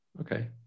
okay